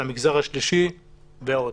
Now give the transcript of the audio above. המגזר השלישי ועוד.